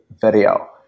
video